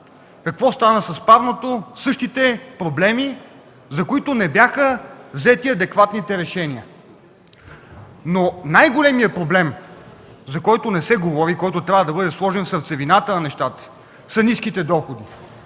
какво стана с парното? Същите проблеми, за които не бяха взети адекватните решения! Най-големият проблем, за който не се говори и който трябва да бъде сложен в сърцевината на нещата, са ниските доходи.